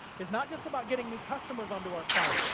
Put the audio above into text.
it's not just about getting new customers onto our site,